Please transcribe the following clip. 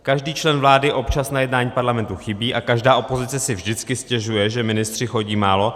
Každý člen vlády občas na jednání parlamentu chybí a každá opozice si vždycky stěžuje, že ministři chodí málo.